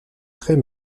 très